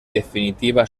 definitiva